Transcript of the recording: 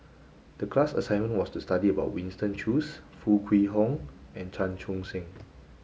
the class assignment was to study about Winston Choos Foo Kwee Horng and Chan Chun Sing